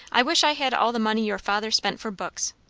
i wish i had all the money your father spent for books.